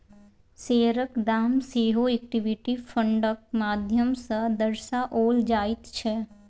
शेयरक दाम सेहो इक्विटी फंडक माध्यम सँ दर्शाओल जाइत छै